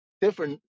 different